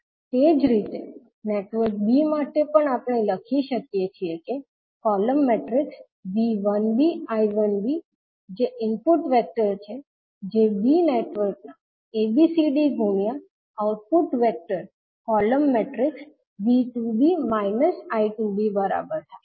તે જ રીતે નેટવર્ક b માટે પણ આપણે લખી શકીએ છીએ કે જે ઇનપુટ વેક્ટર છે જે b નેટવર્કના ABCD ગુણ્યા આઉટપુટ વેક્ટર બરાબર થાય